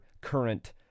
current